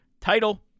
title